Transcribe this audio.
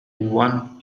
one